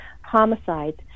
homicides